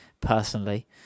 personally